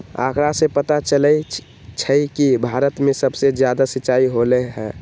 आंकड़ा से पता चलई छई कि भारत में सबसे जादा सिंचाई होलई ह